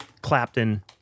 Clapton